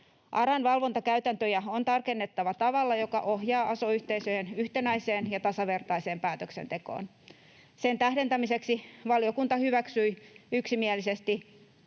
ARAn valvontakäytäntöjä on tarkennettava tavalla, joka ohjaa aso-yhteisöjen yhtenäiseen ja tasavertaiseen päätöksentekoon. Sen tähdentämiseksi valiokunta hyväksyi yksimielisesti